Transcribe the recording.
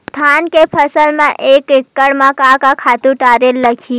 धान के फसल म एक एकड़ म का का खातु डारेल लगही?